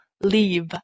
Leave